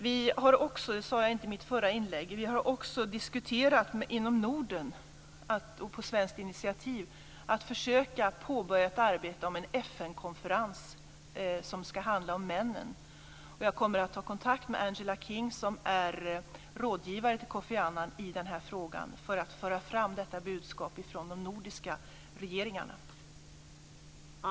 Vi har också - det sade jag inte i mitt förra inlägg - inom Norden på svenskt initiativ diskuterat att försöka påbörja ett arbete om en FN-konferens som ska handla om männen. Jag kommer att ta kontakt med Angela King som är rådgivare till Kofi Annan i denna fråga för att föra fram detta budskap från de nordiska regeringarna.